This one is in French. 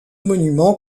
monument